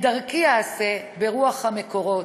את דרכי אעשה ברוח המקורות: